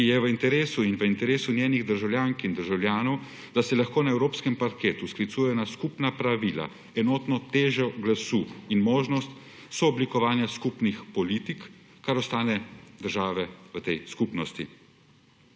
ji je v interesu in je v interesu njenih državljank in državljanov, da se lahko na evropskem parketu sklicuje na skupna pravila, enotno težo glasu in možnost sooblikovanja skupnih politik, kar ostane države v tej skupnosti.